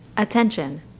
Attention